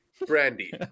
Brandy